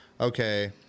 Okay